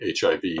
hiv